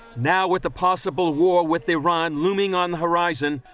now, with the possible war with iran looming on the horizon,